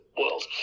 world